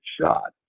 shot